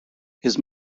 his